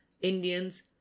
indians